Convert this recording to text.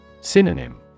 Synonym